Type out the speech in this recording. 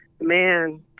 Man